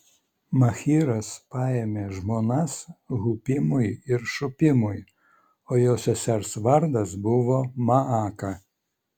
machyras paėmė žmonas hupimui ir šupimui o jo sesers vardas buvo maaka